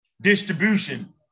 distribution